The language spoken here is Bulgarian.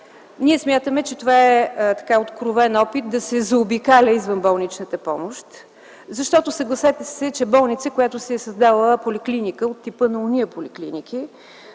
Ние смятаме, че това е откровен опит да се заобикаля извънболничната помощ, защото, съгласете се, че болница, която си е създала поликлиника от типа на онези поликлиники,